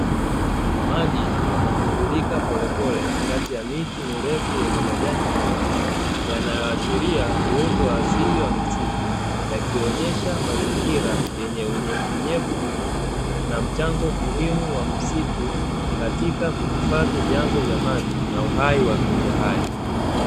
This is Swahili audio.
Maji yanatiririka polepole kati ya miti mirefu yenye majani mengi, yanayoashiria uoto wa asili wa misitu yakionyesha mazingira yenye unyevu unyevu mwingi, na mchango muhimu wa msitu katika kuhifadhi vyanzo vya maji na uhai wa viumbe hai.